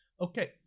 okay